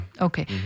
Okay